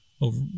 over